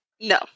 No